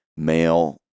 Male